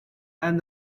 and